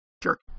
Jerk